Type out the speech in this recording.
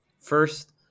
first